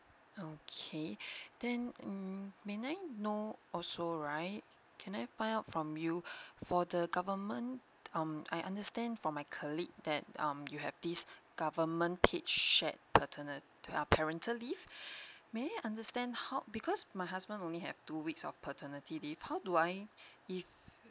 okay then um may I know also right can I find out from you for the government um I understand from my colleague that um you have this government paid shared paterni~ err parental leave may I understand how because my husband only have two weeks of paternity leave how do I if